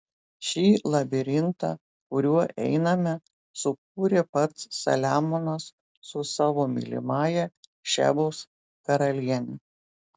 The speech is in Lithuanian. šį labirintą kuriuo einame sukūrė pats saliamonas su savo mylimąja šebos karaliene